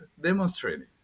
demonstrating